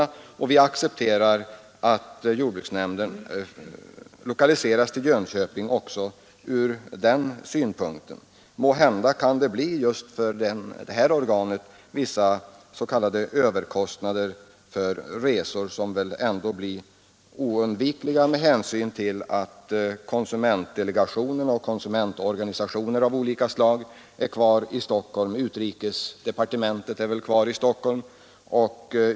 De frågorna måste klaras under alla omständigheter. Vi accepterar därför även ur den synpunkten att jordbruksnämnden lokaliseras till Jönköping. Det blir förmodligen i detta verk fråga om extrakostnader för resor och olika kontakter, som är oundvikliga med hänsyn till att t.ex. konsumentorganisationer av olika slag ligger kvar i Stockholm. Likaså kommer utrikesdepartementet, som jordsbruksnämnden har livliga kontakter med, att ligga kvar i Stockholm.